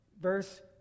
Verse